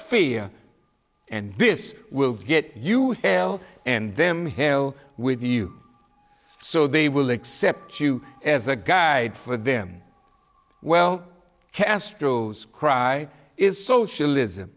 sphere and this will get you and them hell with you so they will accept you as a guide for them well castro's cry is socialism